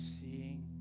seeing